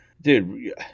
dude